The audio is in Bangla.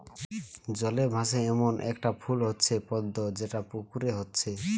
জলে ভাসে এ্যামন একটা ফুল হচ্ছে পদ্ম যেটা পুকুরে হচ্ছে